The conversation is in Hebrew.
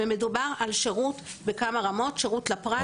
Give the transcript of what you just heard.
ומדובר על שירות בכמה רמות: שירות לפרט,